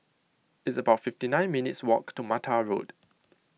it's about fifty nine minutes' walk to Mattar Road